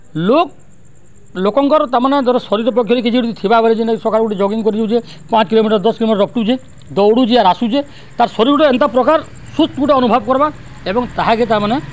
ଲୋକ୍ ଲୋକଙ୍କର୍ ତାମାନେ ଧର ଶରୀର ପକ୍ଷେରେ କିଛି ଗୁଟେ ଯଦି ଥିବା ବେଲେ ଯେନ୍ତା ସକାଳୁ ଗୁଟେ ଜଗିଂ କରିଯାଉଚେ ପାଞ୍ଚ କିଲୋମିଟର୍ ଦଶ୍ କିଲୋମିଟର୍ ରପ୍ଟୁଚେ ଦୌଡ଼ୁଚେ ଆସୁଚେ ତାର୍ ଶରୀର୍ ଗୁଟେ ଏନ୍ତା ପ୍ରକାର୍ ସୁସ୍ଥ୍ ଗୁଟେ ଅନୁଭବ୍ କର୍ବା ଏବଂ ତାହାକେ ତାମାନେ